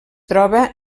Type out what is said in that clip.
troba